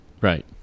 Right